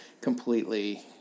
completely